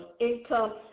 income